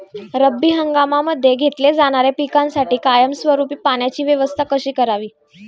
रब्बी हंगामामध्ये घेतल्या जाणाऱ्या पिकांसाठी कायमस्वरूपी पाण्याची व्यवस्था कशी करावी?